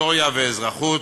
היסטוריה ואזרחות,